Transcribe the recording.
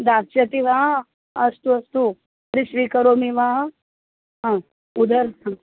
दास्यति वा अस्तु अस्तु तर्हि स्वीकरोमि वा आम् उदरं हा